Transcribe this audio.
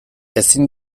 ezin